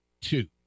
two